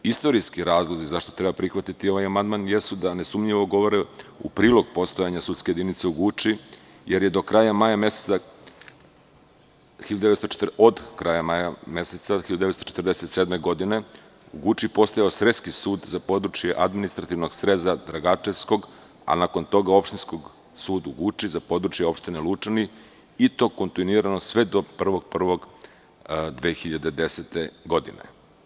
Istorijski razlozi zašto treba prihvatiti ovaj amandman jesu da nesumnjivo govore u prilog postojanja sudske jedinice u Guči, jer od kraja maja meseca od 1947. godine u Guči je postojao sreski sud za područje administrativnog sreza Dragačevskog, a nakon toga opštinskog suda u Guči za područje opštine Lučani, i to kontinuirano sve do 1. januara 2010. godine.